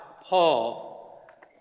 Paul